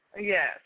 Yes